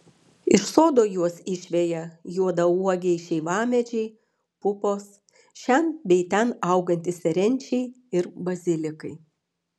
iš sodo juos išveja juodauogiai šeivamedžiai pupos šen bei ten augantys serenčiai ir bazilikai